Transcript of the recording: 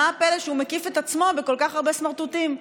מה הפלא שהוא מקיף את עצמו בכל כך הרבה סמרטוטים,